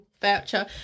voucher